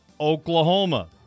Oklahoma